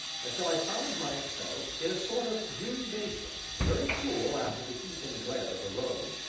until i found myself in a sort of green basin, very cool after the heat and glare of the roads,